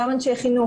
אנשי חינוך,